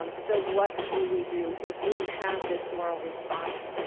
um so what do we do, if we have this moral response,